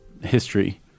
history